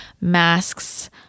masks